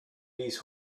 these